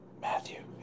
Matthew